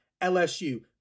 LSU